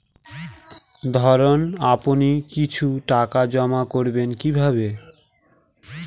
ধরুন আপনি কিছু টাকা জমা করবেন কিভাবে?